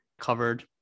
covered